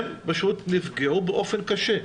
הם פשוט נפגעו באופן קשה,